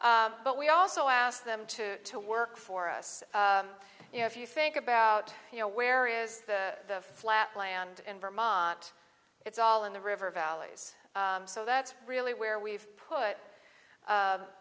habitat but we also ask them to to work for us you know if you think about you know where is the flat land in vermont it's all in the river valleys so that's really where we've put